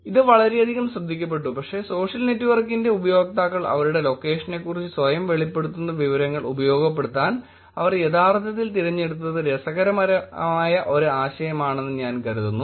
ഇത് വളരെയധികം ശ്രദ്ധിക്കപ്പെട്ടു പക്ഷേ സോഷ്യൽ നെറ്റ്വർക്കിന്റെ ഉപയോക്താക്കൾ അവരുടെ ലൊക്കേഷനെക്കുറിച്ച് സ്വയം വെളിപ്പെടുത്തുന്ന വിവരങ്ങൾ ഉപയോഗപ്പെടുത്താൻ അവർ യഥാർത്ഥത്തിൽ തിരഞ്ഞെടുത്തത് രസകരമായ ഒരു ആശയമാണെന്ന് ഞാൻ കരുതുന്നു